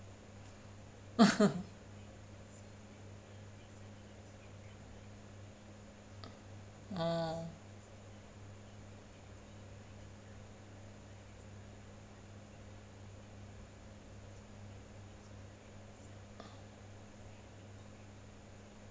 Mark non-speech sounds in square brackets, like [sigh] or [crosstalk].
[laughs] orh